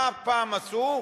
מה פעם עשו?